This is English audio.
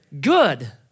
good